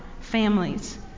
families